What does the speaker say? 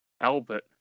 Albert